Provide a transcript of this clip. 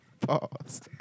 Pause